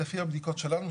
לפי הבדיקות שלנו,